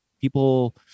people